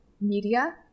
media